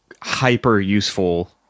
hyper-useful